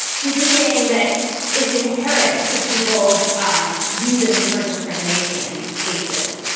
he's just saying that it's inherent to people's um reasons for discrimination in these cases.